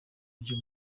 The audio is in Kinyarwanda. ryo